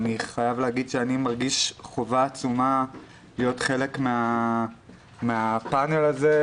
אני חייב להגיד שאני מרגיש חובה עצומה להיות חלק מן הפנל הזה,